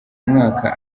umwaka